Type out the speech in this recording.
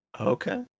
Okay